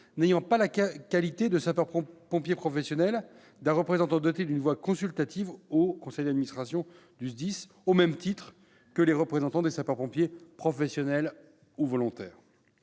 n'ayant pas la qualité de sapeur-pompier professionnel d'un représentant doté d'une voix consultative au conseil d'administration du SDIS, au même titre que les représentants des sapeurs-pompiers professionnels et volontaires.